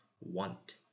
want